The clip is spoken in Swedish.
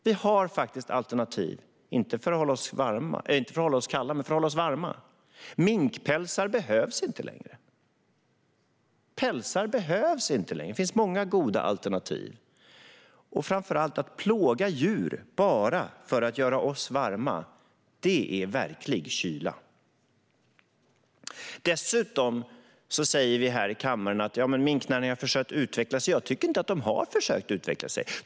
Vi har alternativ, inte för att hålla oss kalla men för att hålla oss varma. Minkpälsar behövs inte längre. Pälsar behövs inte längre. Det finns många goda alternativ. Och framför allt: Att plåga djur bara för att göra oss varma är verklig kyla. Vi säger här i kammaren att minknäringen har försökt att utveckla sig. Jag tycker inte att de har försökt att utveckla sig.